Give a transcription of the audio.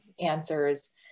answers